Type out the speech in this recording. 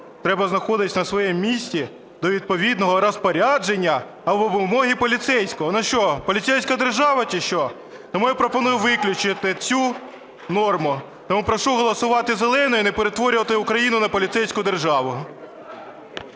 треба знаходитись на своєму місці до відповідного розпорядження або вимоги поліцейського. Ми що, поліцейська держава, чи що? Тому я пропоную виключити цю норму. Прошу голосувати зеленою і не перетворювати Україну на поліцейську державу.